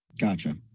gotcha